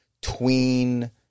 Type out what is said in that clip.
tween